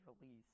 release